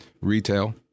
retail